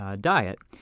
diet